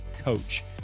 coach